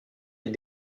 est